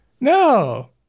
no